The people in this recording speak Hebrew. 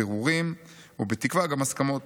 בירורים ובתקווה גם הסכמות.